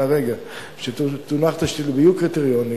מהרגע שתונח תשתית ויהיו קריטריונים,